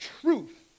truth